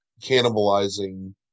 cannibalizing